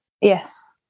Yes